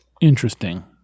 Interesting